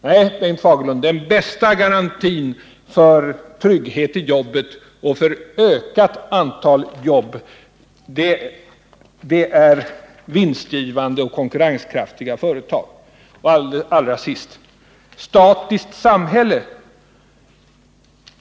Nej, Bengt Fagerlund, den bästa garantin för trygghet i jobben och för ökat antal jobb är vinstgivande och konkurrenskraftiga företag. Allra sist: Bengt Fagerlund talade om statiskt samhälle.